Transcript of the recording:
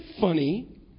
funny